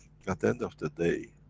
at the end of the day,